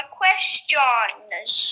questions